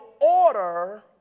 order